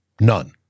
None